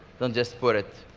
don't just put it